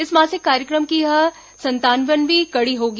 इस मासिक कार्यक्रम की यह संतावनवीं कड़ी होगी